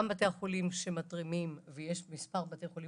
יש מספר בתי חולים